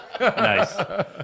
Nice